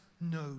no